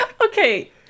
okay